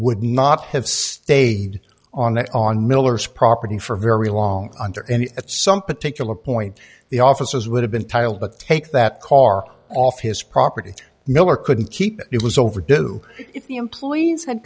would not have stayed on and on miller's property for very long under some particular point the officers would have been tiled but take that car off his property miller couldn't keep it was overdue if the employees had